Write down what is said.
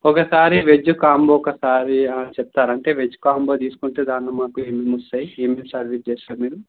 ఒకసారి veg combo ఒకసారి చెప్తారా అంటే వెజ్ కాంబో తీసుకుంటే దాంట్లో మాకు ఏమేం వస్తాయి ఏమేమి సర్వీస్ చేస్తారు మీరు